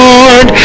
Lord